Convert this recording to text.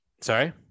Sorry